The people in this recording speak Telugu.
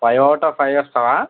ఫైవ్ అవుట్ ఆఫ్ ఫైవ్ ఇస్తావా